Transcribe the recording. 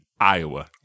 Iowa